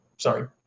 Sorry